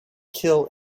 kill